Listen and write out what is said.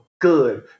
good